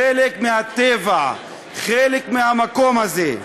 חלק מהטבע, חלק מהמקום הזה.